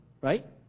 right